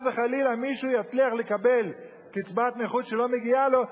וחלילה מישהו יצליח לקבל קצבת נכות שלא מגיעה לו,